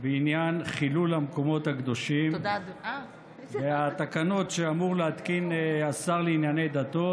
בעניין חילול המקומות הקדושים והתקנות שאמור להתקין השר לשירותי דת.